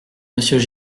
monsieur